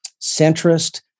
centrist